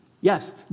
Yes